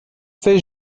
fait